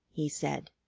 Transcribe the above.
he said.